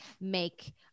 make